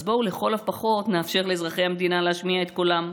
אז בואו לכל הפחות נאפשר לאזרחי המדינה להשמיע את קולם.